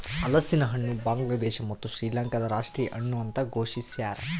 ಹಲಸಿನಹಣ್ಣು ಬಾಂಗ್ಲಾದೇಶ ಮತ್ತು ಶ್ರೀಲಂಕಾದ ರಾಷ್ಟೀಯ ಹಣ್ಣು ಅಂತ ಘೋಷಿಸ್ಯಾರ